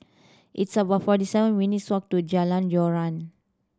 it's about forty seven minutes walk to Jalan Joran